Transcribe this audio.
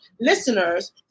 listeners